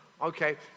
Okay